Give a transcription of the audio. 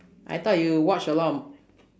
I thought you watch a lot